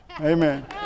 Amen